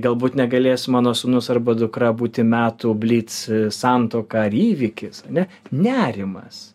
galbūt negalės mano sūnus arba dukra būti metų blic santuoka ar įvyksi ane nerimas